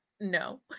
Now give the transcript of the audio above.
no